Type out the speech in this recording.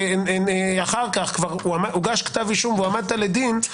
אחר כך כבר הוגש כתב אישום והועמדת לדין,